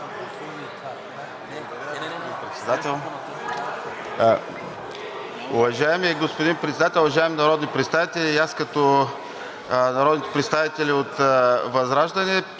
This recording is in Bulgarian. Уважаеми господин Председател, уважаеми народни представители! И аз като народните представители от ВЪЗРАЖДАНЕ